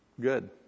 Good